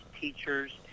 teachers